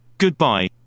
Goodbye